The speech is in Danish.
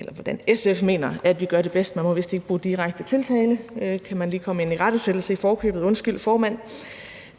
eller hvordan SF mener at vi gør det bedst. Man må vist ikke bruge direkte tiltale, så jeg kan lige komme en irettesættelse i forkøbet; undskyld, formand.